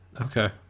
okay